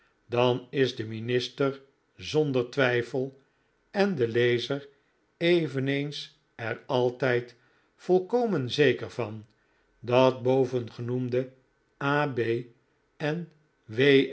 dan is de minister zonder twijfel en de lezer eveneens er altijd volkomen zeker van dat bovengenoemde a b en w